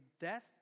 death